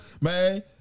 man